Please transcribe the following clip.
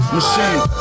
Machine